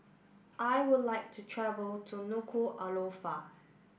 I would like to travel to Nuku'alofa